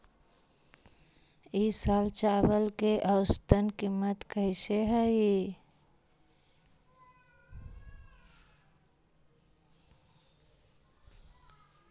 ई साल चावल के औसतन कीमत कैसे हई?